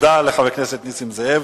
תודה לחבר הכנסת נסים זאב.